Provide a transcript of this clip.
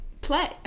play